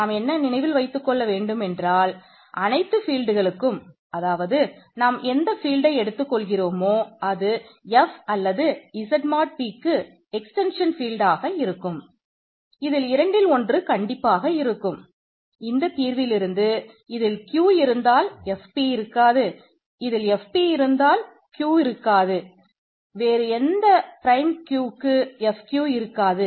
நாம் என்ன நினைவில் வைத்துக்கொள்ள வேண்டும் என்றால் அனைத்து ஃபீல்ட்களுக்கும் qக்கு Fq இருக்காது